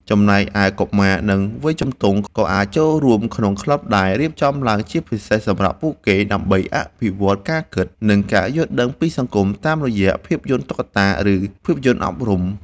ចំណែកឯកុមារ និងវ័យជំទង់ ក៏អាចចូលរួមក្នុងក្លឹបដែលរៀបចំឡើងជាពិសេសសម្រាប់ពួកគេ ដើម្បីអភិវឌ្ឍការគិត និងការយល់ដឹងពីសង្គមតាមរយៈភាពយន្តតុក្កតា ឬភាពយន្តអប់រំ។